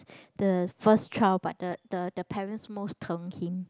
the first child but the the the parents most teng him